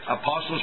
apostles